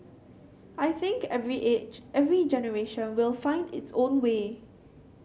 I think every age every generation will find its own way